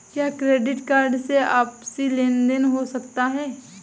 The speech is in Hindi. क्या क्रेडिट कार्ड से आपसी लेनदेन हो सकता है?